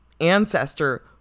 ancestor